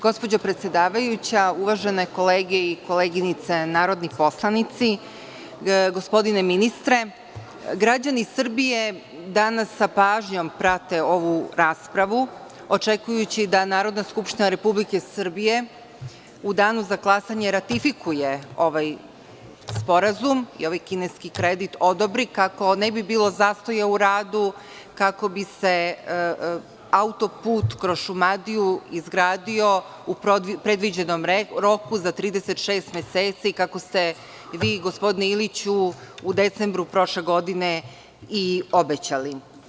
Gospođo predsedavajuća, uvažene kolege i koleginice narodni poslanici, gospodine ministre, građani Srbije danas sa pažnjom prate ovu raspravu očekujući da Narodna skupština Republike Srbije u Danu za glasanje ratifikuje ovaj sporazum i ovaj kineski kredit odobri, kako ne bi bilo zastoja u radu, kako bi se autoput kroz Šumadiju izgradio u predviđenom roku za 36 meseci kako ste vi gospodine Iliću u decembru prošle godine i obećali.